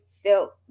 felt